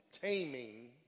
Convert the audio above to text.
Taming